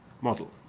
model